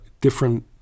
different